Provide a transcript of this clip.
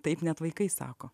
taip net vaikai sako